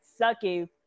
sucky